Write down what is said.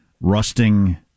rusting